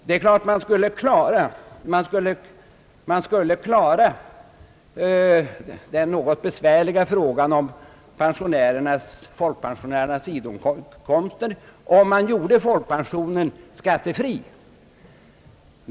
Naturligtvis skulle man kunna klara den något besvärliga frågan om folkpensionärernas sidoinkomster genom att göra folkpensionen skattefri.